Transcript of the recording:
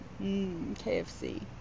KFC